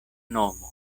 nomo